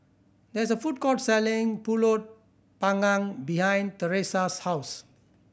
there is a food court selling Pulut Panggang behind Thresa's house